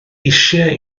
eisiau